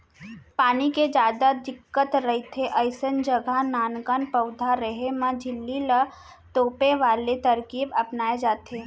पानी के जादा दिक्कत रहिथे अइसन जघा नानकन पउधा रेहे म झिल्ली ल तोपे वाले तरकीब अपनाए जाथे